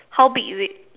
how big is it